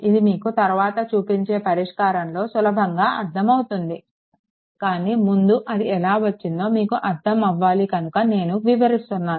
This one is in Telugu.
ఇది మీకు తర్వాత చూపించే పరిష్కారంలో సులువుగా అర్థం అవుతుంది కానీ ముందు అది ఎలా వచ్చిందో మీకు అర్థం అవ్వాలి కనుక నేను వివరిస్తున్నాను